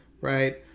right